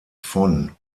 von